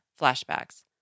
Flashbacks